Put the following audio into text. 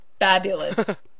fabulous